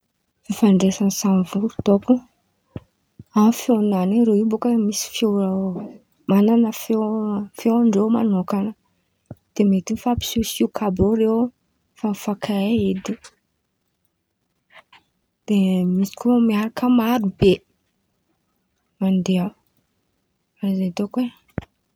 Fifandraisan̈y samy vôron̈o dônko amy feon̈any in̈y, irô baka misy feo man̈ana feo feon-dreo manôkan̈a de mety mifampisiosioko àby eo irô efa mifankahay edy, de misy koa miaraka maro be, mandeha, karàha zen̈y dônko.